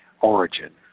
origin